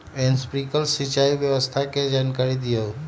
Sprinkler सिंचाई व्यवस्था के जाकारी दिऔ?